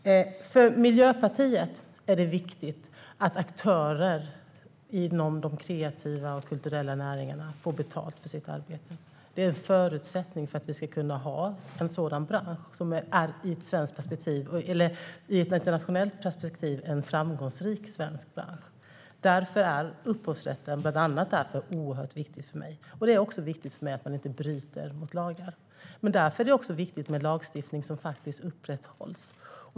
För Miljöpartiet är det viktigt att aktörer inom de kreativa och kulturella näringarna får betalt för sitt arbete. Det är en förutsättning för en i ett internationellt perspektiv framgångsrik svensk bransch. Det är bland annat därför upphovsrätten är oerhört viktig för mig. Det är också viktigt för mig att inte bryta mot lagar. Därför är det också viktigt med lagstiftning som faktiskt upprätthålls.